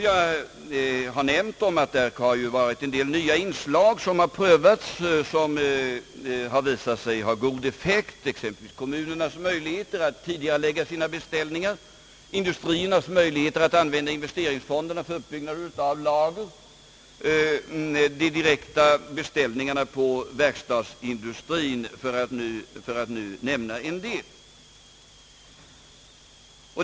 Jag har nämnt att en del nya inslag har prövats och visat sig ha god effekt — kommunernas möjligheter att tidigarelägga sina beställningar, industriernas möjligheter att använda investeringsfonderna för uppbyggnad av lager, de direkta beställningarna till verkstadsindustrin, för att nu nämna några.